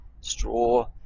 straw